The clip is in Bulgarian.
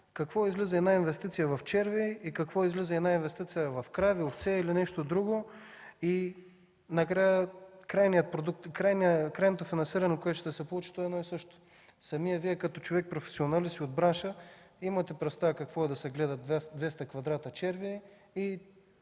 какво излиза една инвестиция в червеи и една инвестиция в крави, овце или нещо друго и крайното финансиране, което ще се получи, е едно и също. Самият Вие като професионалист и човек от бранша, имате представа какво е да се гледат 200 квадрата червеи и